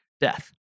death